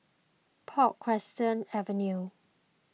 Portchester Avenue